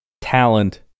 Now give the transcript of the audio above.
talent